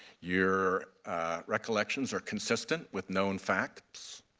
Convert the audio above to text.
your recollections are consistent with known facts.